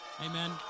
Amen